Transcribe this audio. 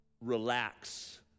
Relax